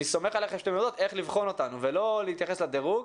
אני סומך עליכן שאתן יודעות איך לבחון אותנו ולא להתייחס לדירוג.